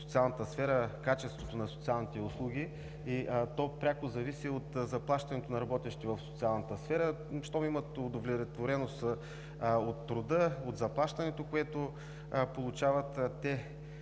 социалната сфера качеството на социалните услуги, и то пряко зависи от заплащането на работещите в социалната сфера – щом имат удовлетвореност от труда, от заплащането, което получават, те